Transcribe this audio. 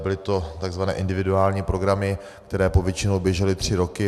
Byly to takzvané individuální programy, které povětšinou běžely tři roky.